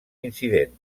incidents